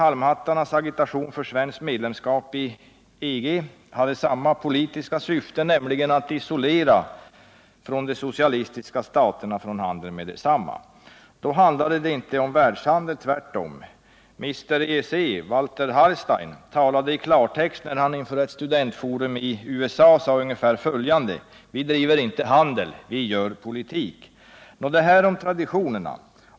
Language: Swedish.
”halmhattarnas” agitation för svenskt medlemskap i EG hade samma politiska syfte, nämligen att isolera vårt land från de socialistiska staterna och från handeln med dem. Då handlade det inte om världshandeln, tvärtom. Mr EEC, Walter Hallstein, talade i klartext när han inför ett studentforum i USA sade ungefär följande: Vi driver inte handel, vi gör politik. Så mycket om traditionerna.